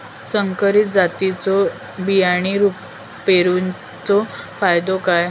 संकरित जातींच्यो बियाणी पेरूचो फायदो काय?